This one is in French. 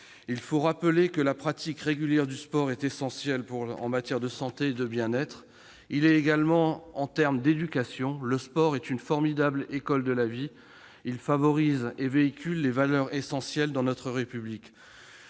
Il faut rappeler que la pratique régulière du sport est primordiale en matière de santé et de bien-être. Elle l'est également en termes d'éducation : le sport est une formidable école de la vie. Il favorise et véhicule des valeurs essentielles dans notre République.